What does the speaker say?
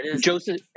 Joseph